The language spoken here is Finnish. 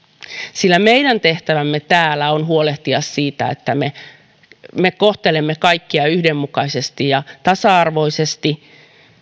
sillä meidän tehtävämme täällä on huolehtia siitä että me kohtelemme kaikkia yhdenmukaisesti ja tasa arvoisesti